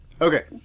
Okay